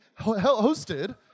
hosted